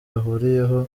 ahuriyeho